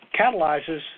catalyzes